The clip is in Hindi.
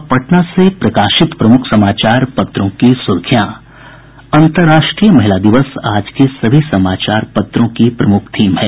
अब पटना से प्रकाशित प्रमुख समाचार पत्रों की सुर्खियां अन्तरराष्ट्रीय महिला दिवस आज के सभी समाचार पत्रों की प्रमुख थीम है